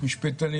המשפטנים